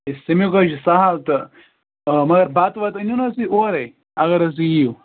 ہے سِنیُک حظ چھِ سہل تہٕ اۭں مگر بتہٕ وَتہٕ أنِو نہٕ حظ تُہۍ اورَے اگر حظ تُہۍ یِیِو